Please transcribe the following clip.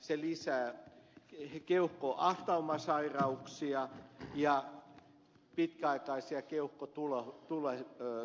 se lisää keuhkoahtaumasairauksia ja pitkäaikaisia keuhkotulehduksia